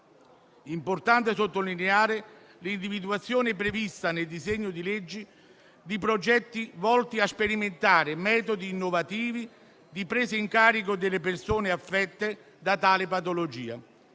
importante sottolineare l'individuazione, prevista nel disegno di legge, di progetti volti a sperimentare metodi innovativi di presa in carico delle persone affette da tale patologia.